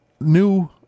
new